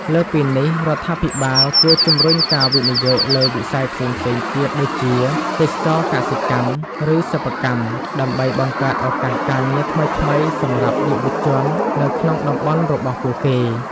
លើសពីនេះ រដ្ឋាភិបាលគួរជំរុញការវិនិយោគលើវិស័យផ្សេងៗទៀតដូចជា ទេសចរណ៍កសិកម្ម ឬសិប្បកម្ម ដើម្បីបង្កើតឱកាសការងារថ្មីៗសម្រាប់យុវជននៅក្នុងតំបន់របស់ពួកគេ។